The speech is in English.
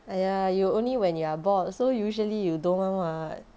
!aiya! you only when you are bored so usually you don't [one] [what]